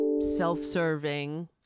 self-serving